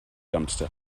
dumpster